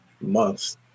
months